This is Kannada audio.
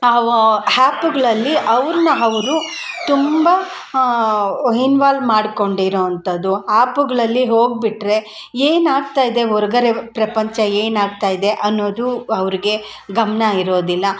ಆವ ಹ್ಯಾಪುಗಳಲ್ಲಿ ಅವ್ರನ್ನ ಅವರು ತುಂಬ ಹಿನ್ವಾಲ್ ಮಾಡ್ಕೊಂಡಿರೋ ಅಂಥದ್ದು ಆ್ಯಪುಗಳಲ್ಲಿ ಹೋಗಿಬಿಟ್ರೆ ಏನಾಗ್ತಾ ಇದೆ ಒರ್ಗರೆ ಪ್ರಪಂಚ ಏನಾಗ್ತಾ ಇದೆ ಅನ್ನೋದು ಅವ್ರಿಗೆ ಗಮನ ಇರೋದಿಲ್ಲ